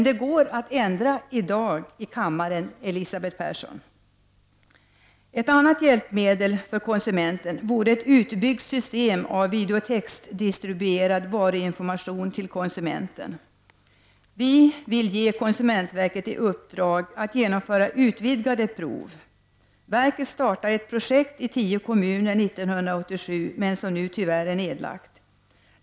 Det går dock att ändra på det hela i dag i kammaren, Elisabeth Persson. Ett annat hjälpmedel för konsumenten vore ett utbyggt system av videotextdistribuerad varuinformation. Vi vill ge konsumentverket i uppdrag att genomföra utvidgade prov. Verket startade ett projekt i tio kommuner 1987, men det är nu tyvärr nedlagt.